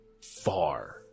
far